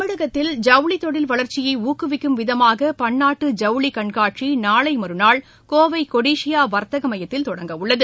தமிழகத்தில் ஜவுளித் தொழில் வளர்ச்சியை ஊக்குவிக்கும் விதமாக பன்னாட்டு ஜவுளி கண்காட்சி நாளை மறுநாள் கோவை கொடிசியா வர்த்தக மையத்தில் தொடங்கவுள்ளது